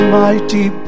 mighty